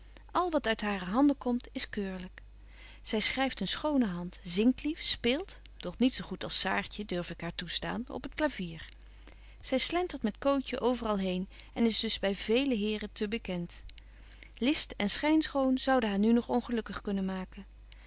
al wat uit hare handen komt is keurlyk zy schryft een schone hand zingt lief speelt doch niet zo goed als saartje durf ik haar toestaan op het clavier zy slentert met cootje overal heen en is dus by vele heren te bekent list en schynschoon zouden haar nu nog ongelukkig kunnen maken